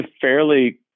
fairly